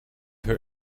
her